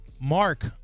Mark